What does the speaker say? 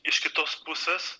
iš kitos pusės